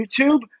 YouTube